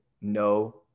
no